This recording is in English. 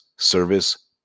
Service